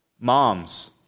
Moms